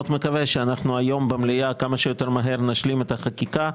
מקווה שאנחנו היום במליאה כמה שיותר מהר נשלים את החקיקה,